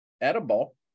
edible